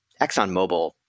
ExxonMobil